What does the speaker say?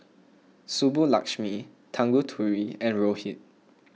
Subbulakshmi Tanguturi and Rohit